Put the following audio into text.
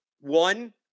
One